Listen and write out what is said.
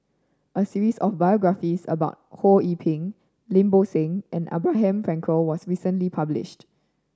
a series of biographies about Ho Yee Ping Lim Bo Seng and Abraham Frankel was recently published